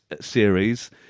series